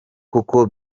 koko